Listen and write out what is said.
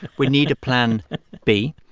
we need a plan b.